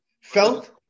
felt